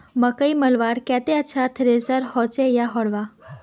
मकई मलवार केते अच्छा थरेसर होचे या हरम्बा?